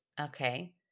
Okay